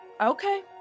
okay